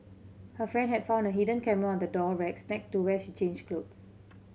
her friend had found a hidden camera on the door racks next to where she changed clothes